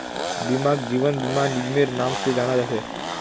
बीमाक जीवन बीमा निगमेर नाम से जाना जा छे